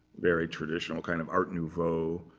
very traditional, kind of art nouveau,